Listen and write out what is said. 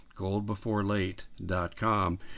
goldbeforelate.com